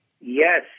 Yes